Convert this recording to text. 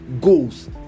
goals